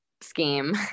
scheme